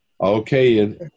Okay